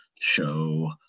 show